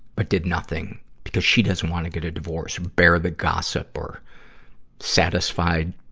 but did nothing because she doesn't want to get a divorce bear the gossip or satisfied,